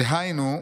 "דהיינו,